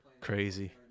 crazy